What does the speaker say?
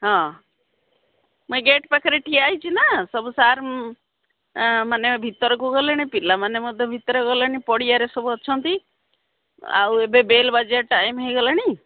ହଁ ମୁଁ ଗେଟ୍ ପାଖରେ ଠିଆ ହୋଇଛି ନା ସବୁ ସାର୍ମାନେ ଭିତରକୁ ଗଲେଣି ପିଲାମାନେ ମଧ୍ୟ ଭିତରେ ଗଲେଣି ପଡ଼ିଆରେ ସବୁ ଅଛନ୍ତି ଆଉ ଏବେ ବେଲ୍ ବାଜିବା ଟାଇମ୍ ହୋଇଗଲାଣି